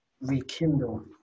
rekindle